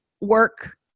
work